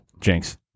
jinx